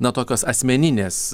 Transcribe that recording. na tokios asmeninės